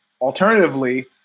Alternatively